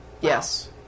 Yes